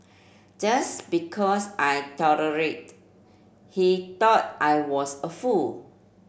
just because I tolerate he thought I was a fool